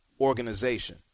organization